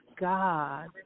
God